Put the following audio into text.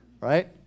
right